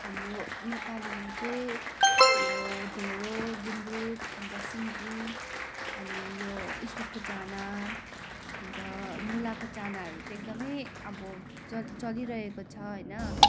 हाम्रो नेपालीमा चाहिँ यो ढेँडो गुन्द्रुक अन्त सिन्की अनि यो इस्कुसको चाना अन्त मुलाको चानाहरू चाहिँ एकदमै अब चलि चलिरहेको छ होइन